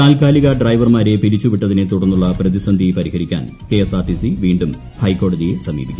താൽക്കാലിക ഡ്രൈവർമാരെ പിരിച്ചുവിട്ടതിനെ തുടർന്നുള്ള പ്രതിസന്ധി പരിഹരിക്കാൻ കെഎസ്ആർടിസി വീണ്ടും ഹൈക്കോടതിയെ സമീപിക്കും